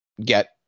get